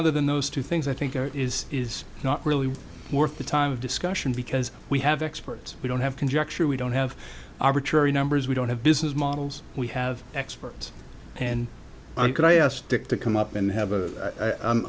other than those two things i think it is is not really worth the time of discussion because we have experts we don't have conjecture we don't have arbitrary numbers we don't have business models we have experts and i could i asked dick to come up and have a i'm i'm